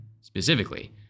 specifically